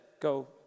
go